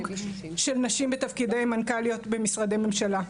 של נשים בתפקידי מנכ"ליות במשרדי הממשלה,